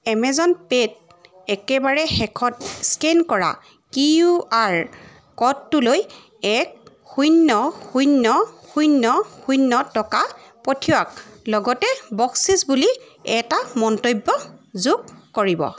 Amazon পে'ত একেবাৰে শেষত স্কেন কৰা কিউ আৰ ক'ডটোলৈ এক শূন্য শূন্য শূন্য শূন্য টকা পঠিয়াওক লগতে বকচিচ বুলি এটা মন্তব্য যোগ কৰিব